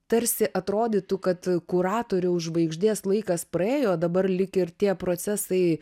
tarsi atrodytų kad kuratoriaus žvaigždės laikas praėjo dabar lyg ir tie procesai